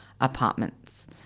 apartments